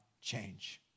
change